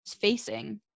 facing